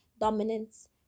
dominance